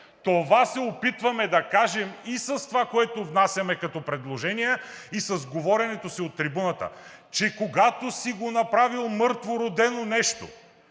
Това се опитваме да кажем и с това, което внасяме като предложение, и с говорене от трибуната – че когато си направил мъртвородено нещо,